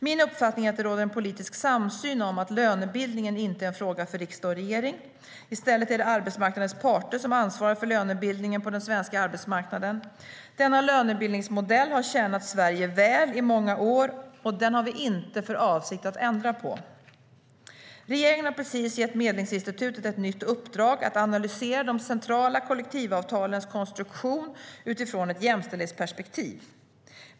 Min uppfattning är att det råder en politisk samsyn om att lönebildningen inte är en fråga för riksdag och regering. I stället är det arbetsmarknadens parter som ansvarar för lönebildningen på den svenska arbetsmarknaden. Denna lönebildningsmodell har tjänat Sverige väl i många år, och den har vi inte för avsikt att ändra på. Regeringen har precis gett Medlingsinstitutet ett nytt uppdrag att analysera de centrala kollektivavtalens konstruktion utifrån ett jämställdhetsperspektiv.